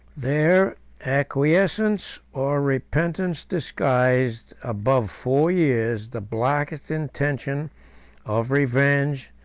their acquiescence or repentance disguised, above four years, the blackest intention of revenge,